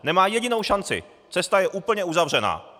Nemá jedinou šanci, cesta je úplně uzavřena.